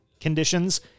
conditions